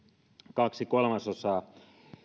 kaksi kolmasosaa